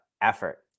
effort